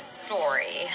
story